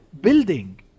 building